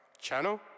channel